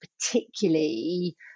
particularly